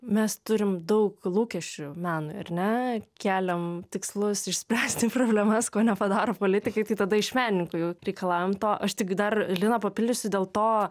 mes turim daug lūkesčių menui ar ne keliam tikslus išspręsti problemas ko nepadaro politikai tai tada iš menininkų jau reikalaujam to aš tik dar liną papildysiu dėl to